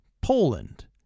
poland